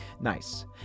Nice